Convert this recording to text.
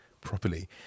properly